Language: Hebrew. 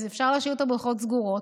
אז אפשר להשאיר את הבריכות סגורות.